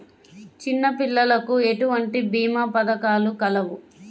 చిన్నపిల్లలకు ఎటువంటి భీమా పథకాలు కలవు?